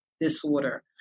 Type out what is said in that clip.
disorder